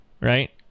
right